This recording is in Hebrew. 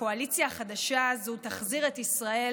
הקואליציה החדשה הזו תחזיר את ישראל